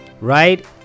right